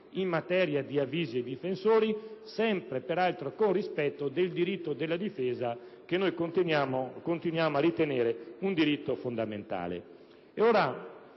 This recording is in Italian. e di avviso ai difensori, sempre peraltro nel rispetto del diritto della difesa, che continuiamo a ritenere un diritto fondamentale.